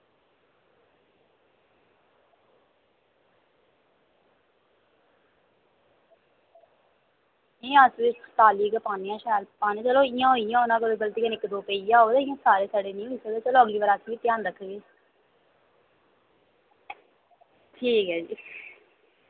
नेईं अस तालियै पान्ने आं शैल चलो इ'यां होई गेआ होना गलती कन्नै कोई पेइया होग इक दो चलो अग्गें कोला ध्यान रक्खगी ठीक ऐ जी